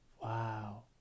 Wow